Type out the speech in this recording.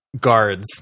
guards